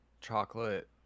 chocolate